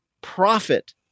profit